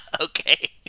Okay